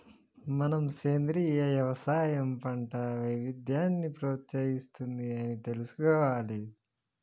మనం సెంద్రీయ యవసాయం పంట వైవిధ్యాన్ని ప్రోత్సహిస్తుంది అని తెలుసుకోవాలి